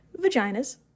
vaginas